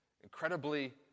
incredibly